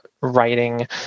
writing